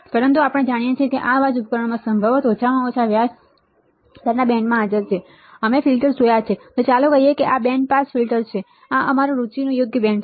પરંતુ જો આપણે જાણીએ કે આ અવાજ ઉપકરણમાં સંભવતઃ ઓછામાં ઓછા વ્યાજ દરના બેન્ડમાં હાજર છે તો અમે ફિલ્ટર્સ જોયા છે અને ચાલો કહીએ કે આ બેન્ડ પાસ ફિલ્ટર છે આ અમારી રુચિનું યોગ્ય બેન્ડ છે